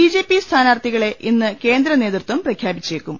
B J P സ്ഥാനാർത്ഥികളെ ഇന്ന് കേന്ദ്രനേതൃത്വം പ്രഖ്യാപിച്ചേക്കും